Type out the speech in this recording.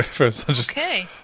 Okay